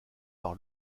par